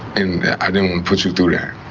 and i didn't put you through yeah